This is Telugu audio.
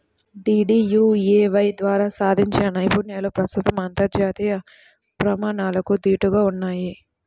డీడీయూఏవై ద్వారా సాధించిన నైపుణ్యాలు ప్రస్తుతం అంతర్జాతీయ ప్రమాణాలకు దీటుగా ఉన్నయ్